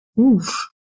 Oof